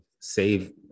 Save